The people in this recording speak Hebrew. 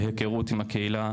בהיכרות עם הקהילה,